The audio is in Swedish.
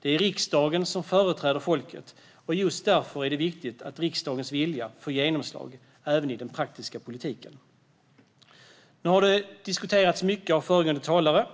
Det är riksdagen som företräder folket, och just därför är det viktigt att riksdagens vilja får genomslag även i den praktiska politiken. Mycket har sagts av föregående talare.